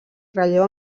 relleu